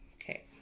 Okay